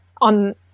on